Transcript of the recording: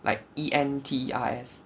like E N T E R S